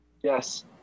Yes